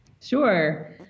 Sure